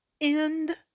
end